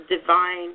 divine